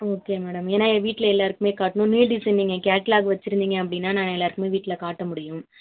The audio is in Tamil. ஓகே மேடம் ஏன்னா ஏன் வீட்டில் எல்லாருக்குமே காட்டணும் நியூ டிசைன் நீங்கள் கேட்லாக் வச்சுருந்திங்க அப்படின்னா நாங்கள் எல்லாருக்குமே வீட்டில் காட்ட முடியும்